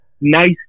nice